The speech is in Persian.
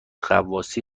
غواصی